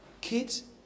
kids